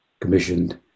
commissioned